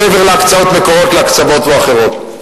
מעבר להקצאות מקורות, להקצבות אחרות.